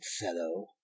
fellow